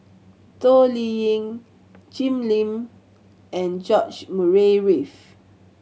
Toh Liying Jim Lim and George Murray Reith